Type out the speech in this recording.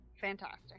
Fantastic